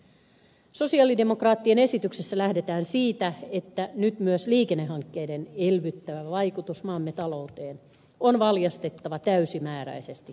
sosialidemokraattien esityksessä lähdetään siitä että nyt myös liikennehankkeiden elvyttävä vaikutus maamme talouteen on valjastettava täysimääräisesti käyttöön